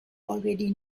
already